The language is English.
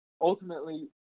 ultimately